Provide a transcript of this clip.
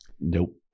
Nope